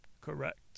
Correct